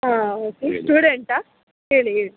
ಹಾಂ ಓಕೆ ಸ್ಟೂಡೆಂಟಾ ಹೇಳಿ ಹೇಳಿ